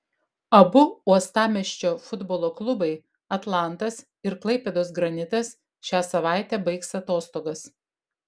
abu uostamiesčio futbolo klubai atlantas ir klaipėdos granitas šią savaitę baigs atostogas